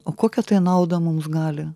o kokią naudą mums gali